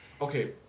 Okay